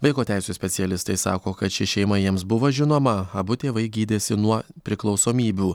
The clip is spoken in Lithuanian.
vaiko teisių specialistai sako kad ši šeima jiems buvo žinoma abu tėvai gydėsi nuo priklausomybių